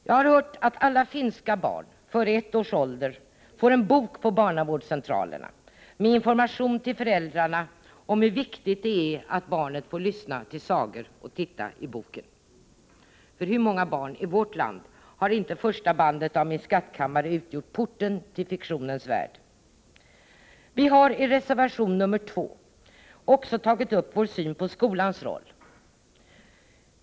Jag har hört att alla finska barn före ett års ålder får en bok på barnavårdscentralerna med information till föräldrarna om hur viktigt det är att barnet får lyssna till sagor och titta i boken. För hur många barni vårt land har inte första bandet av Min skattkammare utgjort porten till fiktionens värld? Vi hari reservation nr 2 också tagit upp vår syn på skolans roll.